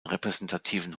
repräsentativen